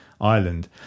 Ireland